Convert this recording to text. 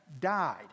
died